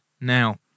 now